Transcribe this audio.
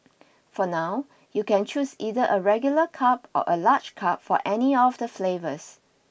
for now you can choose either a regular cup or a large cup for any of the flavours